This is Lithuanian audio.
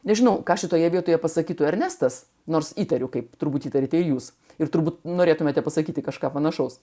nežinau ką šitoje vietoje pasakytų ernestas nors įtariu kaip truputį turite jūs ir turbūt norėtumėte pasakyti kažką panašaus